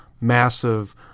massive